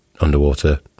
Underwater